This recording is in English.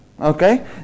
Okay